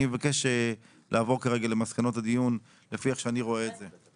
אני מבקש לעבור כרגע למסקנות הדיון לפי איך שאני רואה את זה.